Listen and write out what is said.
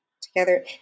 together